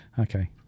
Okay